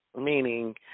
Meaning